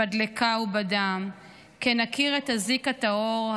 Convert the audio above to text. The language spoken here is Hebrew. בדלקה ובדם / כן אכיר את הזיק הטהור,